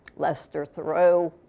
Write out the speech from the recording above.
lester thurow.